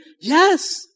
Yes